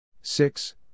six